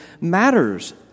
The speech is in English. matters